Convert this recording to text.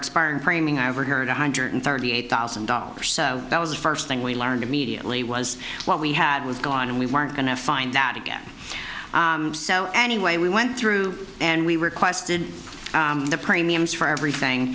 expiring framing i overheard one hundred thirty eight thousand dollars so that was the first thing we learned immediately was what we had was gone and we weren't going to find that again so anyway we went through and we requested the premiums for everything